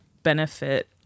Benefit